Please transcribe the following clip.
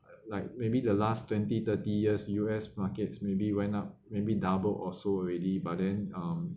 uh like maybe the last twenty thirty years U_S markets maybe went up maybe double also already but then um